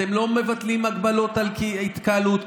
אתם לא מבטלים הגבלות על התקהלות,